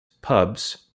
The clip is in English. pubs